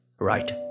right